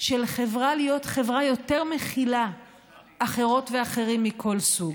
של חברה להיות חברה שיותר מכילה אחרות ואחרים מכל סוג?